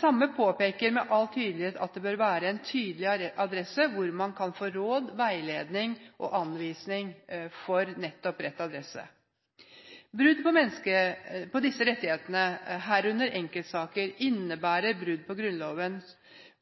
samme påpeker med all tydelighet at det bør være en tydelig adresse hvor man kan få råd, veiledning og anvisning for nettopp rett adresse. Brudd på disse rettighetene, herunder enkeltsaker, innebærer brudd på Grunnloven